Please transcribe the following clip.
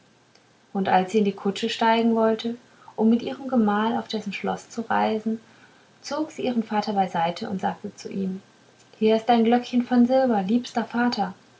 und als sie in die kutsche steigen wollte um mit ihrem gemahl auf dessen schloß zu reisen zog sie ihren vater beiseite und sagte zu ihm hier ist ein glöckchen von silber liebster vater